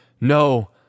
No